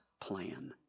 plan